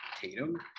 Tatum